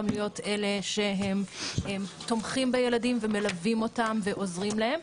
להיות אלה שהם תומכים בילדים ומלווים אותם ועוזרים להם,